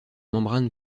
membrane